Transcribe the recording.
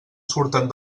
surten